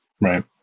Right